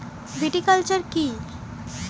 Viticulture কী?